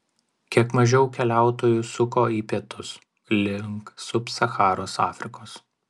kiek mažiau keliautojų suko į pietus link sub sacharos afrikos